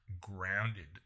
grounded